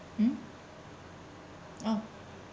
mm oh